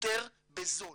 יותר בזול.